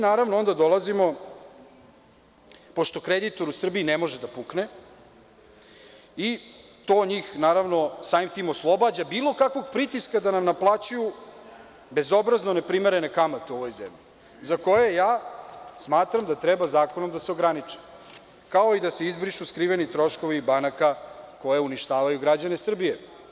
Naravno, onda dolazimo, pošto kreditor u Srbiji ne može da pukne i to njih, naravno samim tim oslobađa bilo kakvog pritiska da nam naplaćuju, bezobrazno, ne primerene kamate u ovoj zemlji, za koje ja smatram da treba zakonom da se ograniče, kao i da se izbrišu skriveni troškovi banaka koje uništavaju građane Srbije.